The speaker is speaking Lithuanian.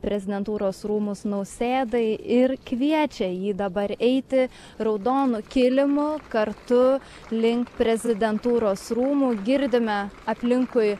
prezidentūros rūmus nausėdai ir kviečia jį dabar eiti raudonu kilimu kartu link prezidentūros rūmų girdime aplinkui